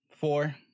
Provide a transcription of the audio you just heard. Four